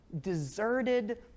deserted